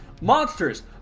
Monsters